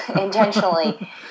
intentionally